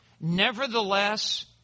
nevertheless